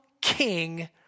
king